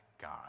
God